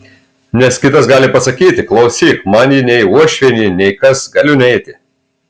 nes kitas gali pasakyti klausyk man ji nei uošvienė nei kas galiu neiti